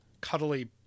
cuddly